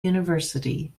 university